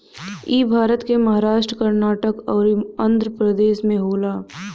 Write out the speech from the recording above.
इ भारत के महाराष्ट्र, कर्नाटक अउरी आँध्रप्रदेश में होला